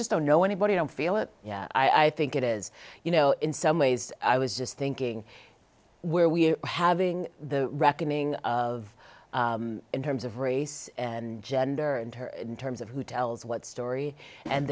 just don't know anybody don't feel it yeah i think it is you know in some ways i was just thinking where we're having the reckoning of in terms of race and gender and in terms of who tells what story and